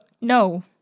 No